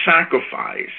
sacrifice